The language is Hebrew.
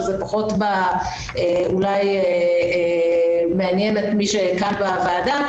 שזה אולי פחות מעניין את הוועדה,